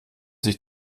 sich